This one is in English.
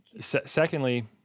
secondly